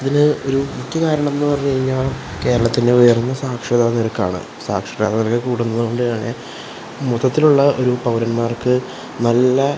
ഇതിന് ഒരു മുഖ്യ കാരണം എന്ന് പറഞ്ഞ് കഴിഞ്ഞാൽ കേരളത്തിന് ഉയർന്ന സാക്ഷരത നിരക്കാണ് സാക്ഷരത നിരക്ക് കൂടുന്നത് കൊണ്ട് തന്നെ മൊത്തത്തിലുള്ള ഒരു പൗരന്മാർക്ക് നല്ല